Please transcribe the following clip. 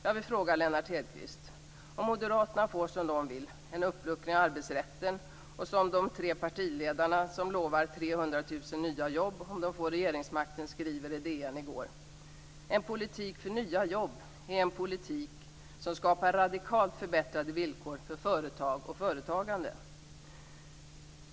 Jag vill ställa en fråga till Lennart Hedquist. Moderaterna vill ju ha en uppluckring av arbetsrätten. De tre partiledarna lovar 300 000 nya jobb om de får regeringsmakten. De skrev i DN i går att en politik för nya jobb är en politik som skapar radikalt förbättrade villkor för företag och företagande.